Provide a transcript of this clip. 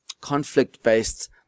conflict-based